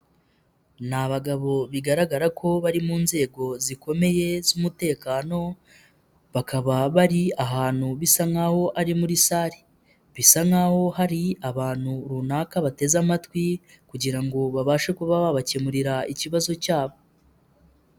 N'abagabo bigaragara ko bari mu nzego zikomeye z'umutekano, bakaba bari ahantu bisa nkaho ari muri salle bisa nkaho hari abantu runaka bateze amatwi kugira ngo babashe kuba babakemurira ikibazo cyabo.